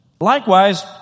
Likewise